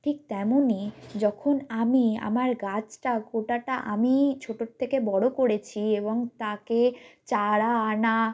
ঠিক তেমনই যখন আমি আমার গাছটা গোটাটা আমিই ছোটোর থেকে বড় করেছি এবং তাকে চারা আনা